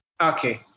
Okay